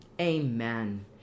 Amen